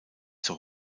zur